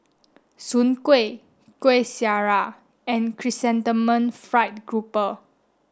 Soon Kueh Kuih Syara and Chrysanthemum Fried Grouper